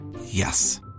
Yes